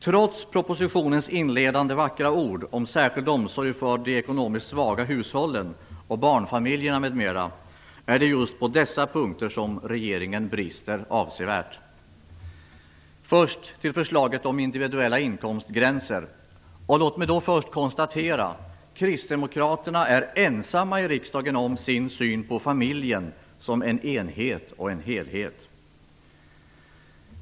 Trots propositionens inledande vackra ord om särskild omsorg om de ekonomiskt svaga hushållen och barnfamiljerna m.m., är det just på dessa punkter som regeringen brister avsevärt. Först skall jag ta upp förslaget om individuella inkomstgränser. Låt mig då först konstatera att Kristdemokraterna är ensamma i riksdagen om sin syn på familjen som en enhet och en helhet.